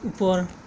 ওপৰ